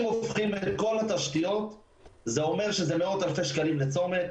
אם הופכים את כל התשתיות זה אומר שזה מאות אלפי שקלים לצומת,